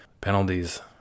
penalties